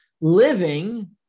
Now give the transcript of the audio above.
Living